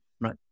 right